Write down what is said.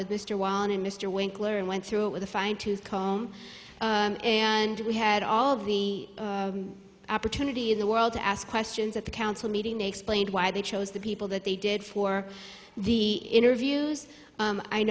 and mr winkler and went through it with a fine tooth comb and we had all of the opportunity in the world to ask questions at the council meeting they explained why they chose the people that they did for the interviews